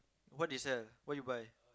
what they sell what you buy